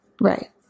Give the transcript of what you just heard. Right